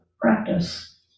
practice